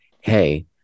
hey